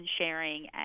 sharing